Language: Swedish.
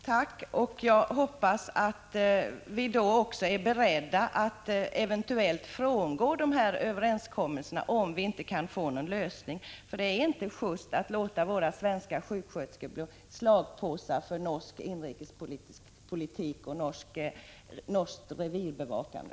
Fru talman! Jag hoppas att vi också är beredda att frångå överenskommelsen, om vi inte kan uppnå någon lösning. Det är inte just att låta våra svenska sjuksköterskor bli slagpåsar för norsk inrikespolitik och norskt revirbevakande.